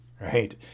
right